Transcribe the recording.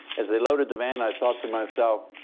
as they loaded the van, i thought to myself,